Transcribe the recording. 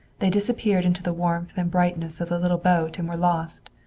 they disappeared into the warmth and brightness of the little boat and were lost.